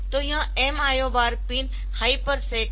तो यह M IO बार पिन हाई पर सेट है